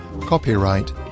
copyright